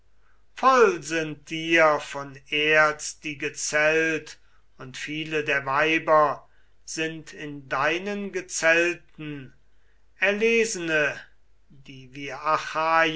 voll sind dir von erz die gezelt und viele der weiber sind in deinen gezelten erlesene die wir